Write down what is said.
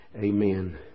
amen